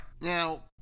Now